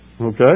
Okay